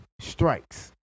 strikes